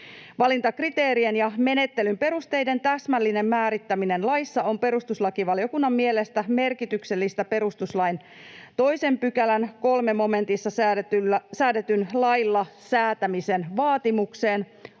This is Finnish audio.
Valintakriteerien ja ‑menettelyn perusteiden täsmällinen määrittäminen laissa on perustuslakivaliokunnan mielestä merkityksellistä perustuslain 2 §:n 3 momentissa säädetyn lailla säätämisen vaatimuksen,